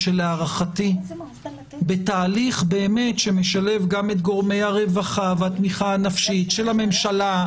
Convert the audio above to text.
שלהערכתי בתהליך שמשלב גם את גורמי הרווחה והתמיכה הנפשית של הממשלה,